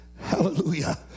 Hallelujah